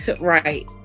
Right